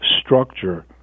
structure